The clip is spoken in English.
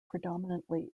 predominantly